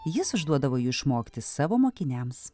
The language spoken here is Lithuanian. jis užduodavo jų išmokti savo mokiniams